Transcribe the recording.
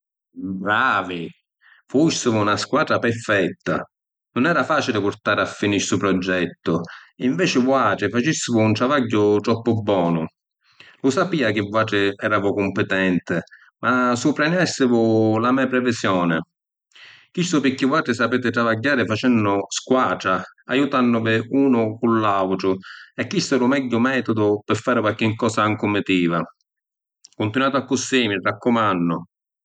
Bravi! Fustivu na squatra perfetta. Nun era facili purtari a fini stu proggettu, inveci vuatri facistivu un travagghiu troppu bonu. Lu sapìa chi vuatri eravu cumpitenti, ma supraniastivu la me’ previsioni. Chistu pirchì vuatri sapiti travagghiari facennu squatra ajutannuvi unu cu l’autru e chistu è lu megghiu mètudu pi fari qualchi cosa ‘n cumitiva. Cuntinuati accussì, mi raccumannu!